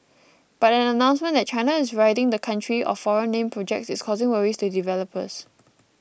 but an announcement that China is ridding the country of foreign name projects is causing worries to developers